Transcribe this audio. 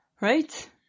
Right